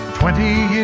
twenty